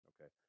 Okay